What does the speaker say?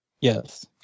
Yes